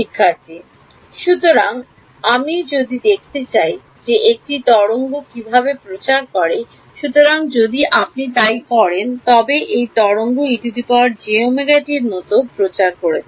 শিক্ষার্থী সুতরাং যদি আমি দেখতে চাই যে একটি তরঙ্গ কীভাবে প্রচার করে সুতরাং যদি আপনি তাই করেন তবে একটি তরঙ্গ ejωt র মতো প্রচার করছে